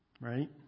right